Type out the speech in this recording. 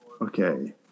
Okay